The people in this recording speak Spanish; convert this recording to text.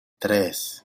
tres